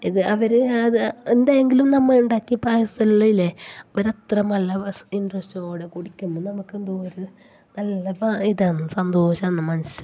ഇത് അവർ എന്തെങ്കിലും നമ്മൾ ഉണ്ടാക്കിയ പായസം എല്ലാം ഇല്ലേ അവർ അത്ര നല്ല ഇന്ട്രസ്റ്റോടെ കുടിക്കുമ്പോൾ നമുക്ക് എന്തോരം നല്ല ഇതാണ് സന്തോഷമാണ് മനസിൽ